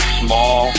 small